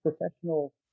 professional